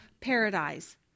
paradise